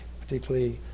particularly